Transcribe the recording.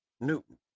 Newton